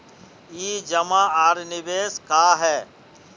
ई जमा आर निवेश का है?